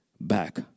back